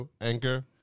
Anchor